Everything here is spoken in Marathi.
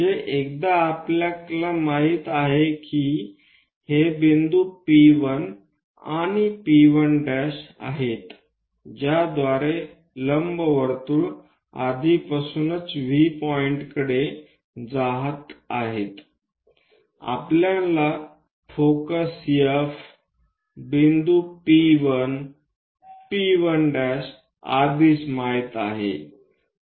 म्हणजे एकदा आपल्याला माहित झाले आहे कि हे बिंदू P1 आणि P1' आहेत ज्याद्वारे लंबवर्तुळ आधीपासूनच V बिंदू कडे जात आहे आपल्याला फोकस F P1 P1' आधीच माहित आहे